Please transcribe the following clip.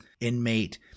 inmate